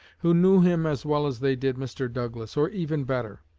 who knew him as well as they did mr. douglas, or even better.